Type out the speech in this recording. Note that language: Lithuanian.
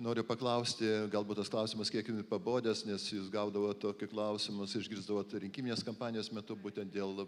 noriu paklausti galbūt tas klausimas kiek pabodęs nes jūs gaudavot tokį klausimus išgirsdavot rinkiminės kampanijos metu būtent dėl